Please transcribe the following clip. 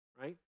right